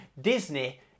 Disney